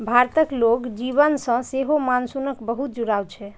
भारतक लोक जीवन सं सेहो मानसूनक बहुत जुड़ाव छै